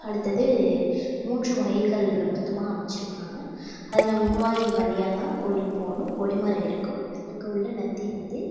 அடுத்தது மூன்று வாயில்களில் மொத்தமாக அமைச்சிருப்பாங்க அதில் முன்வாயில் வழியாகதான் கோயிலுக்கு போகணும் கொடிமரம் இருக்கும் அங்கே உள்ள நந்தி வந்து